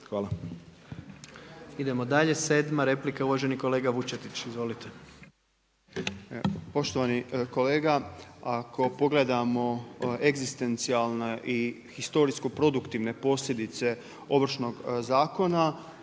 (HDZ)** Idemo dalje. Sedma replika, uvaženi kolega Vučetić. Izvolite. **Vučetić, Marko (Nezavisni)** Poštovani kolega, ako pogledamo egzistencijalne i historijsko-produktivne posljedice Ovršnog zakona